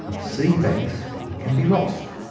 seed banks can be lost.